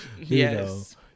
yes